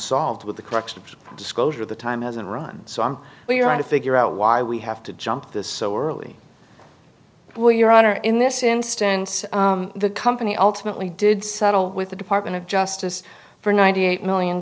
solved with the crux of disclosure the time hasn't run so i'm we're going to figure out why we have to jump this so early well your honor in this instance the company ultimately did settle with the department of justice for ninety eight million